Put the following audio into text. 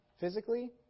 physically